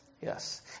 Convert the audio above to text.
yes